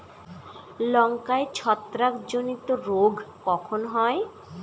লঙ্কায় ছত্রাক জনিত রোগ কখন হয়?